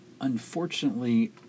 Unfortunately